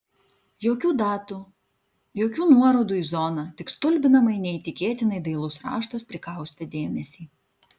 jokių datų jokių nuorodų į zoną tik stulbinamai neįtikėtinai dailus raštas prikaustė dėmesį